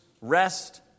rest